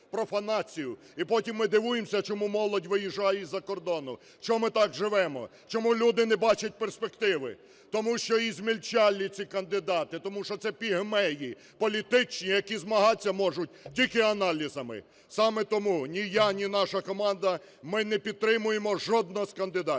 І потім ми дивуємося, чому молодь виїжджає за кордон, чому ми так живемо, чому люди не бачать перспективи. Тому що измельчали ці кандидати, тому що це пігмеї політичні, які змагатися можуть тільки аналізами. Саме тому ні я, ні наша команда, ми не підтримуємо жодного з кандидатів,